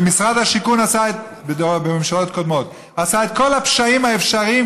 ומשרד השיכון בממשלות קודמות עשה את כל הפשעים האפשריים,